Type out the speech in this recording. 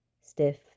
stiff